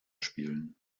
spielen